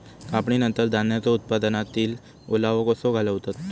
कापणीनंतर धान्यांचो उत्पादनातील ओलावो कसो घालवतत?